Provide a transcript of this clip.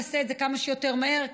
נעשה את זה כמה שיותר מהר,